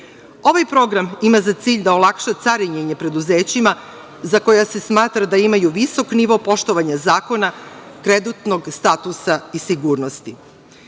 Ovaj program ima za cilj da olakša carinjenje preduzećima za koja se smatra da imaju visok nivo poštovanja zakona, kreditnog statusa i